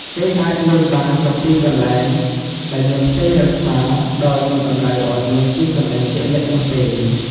គេអាចលេងបានគ្រប់ទីកន្លែងដែលមានផ្ទៃរាបស្មើ ដោយមិនតម្រូវឱ្យមានទីកន្លែងជាក់លាក់នោះទេ ។